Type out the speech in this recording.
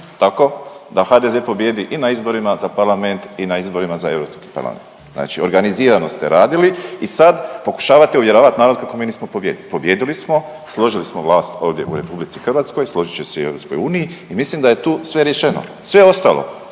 tako da HDZ pobijedi i na izborima za Parlament i na izborima za Europski parlament. Znači organizirano ste radili i sad pokušavate uvjeravati narod kako mi nismo pobijedili. Pobijedili smo, složili smo vlast ovdje u Republici Hrvatskoj, složit će se i u Europskoj uniji i mislim da je tu sve rečeno. Sve ostalo